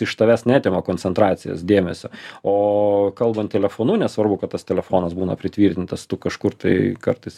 iš tavęs neatima koncentracijos dėmesio o kalbant telefonu nesvarbu kad tas telefonas būna pritvirtintas kažkur tai kartais